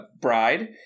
bride